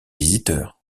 visiteur